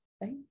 right